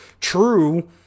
true